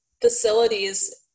facilities